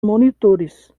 monitores